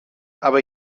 aber